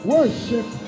Worship